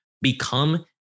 become